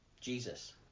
Jesus